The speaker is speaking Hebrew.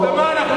אז למה אנחנו,